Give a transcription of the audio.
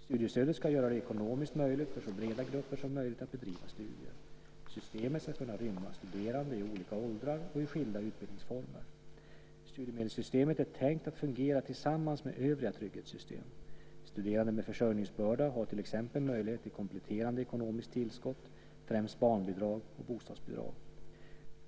Studiestödet ska göra det ekonomiskt möjligt för så breda grupper som möjligt att bedriva studier. Systemet ska kunna rymma studerande i olika åldrar och i skilda utbildningsformer. Studiemedelssystemet är tänkt att fungera tillsammans med övriga trygghetssystem. Studerande med försörjningsbörda har till exempel möjlighet till kompletterande ekonomiskt tillskott, främst barnbidrag och bostadsbidrag.